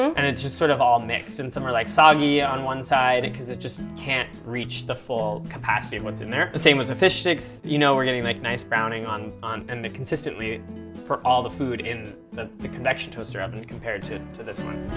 and it's just sort of all mixed and some are, like, soggy on one side cause it just can't reach the full capacity of what's in there. the same with the fish sticks, you know, we're getting, like, nice browning on on and consistently for all the food in the the convection toaster oven compared to to this one.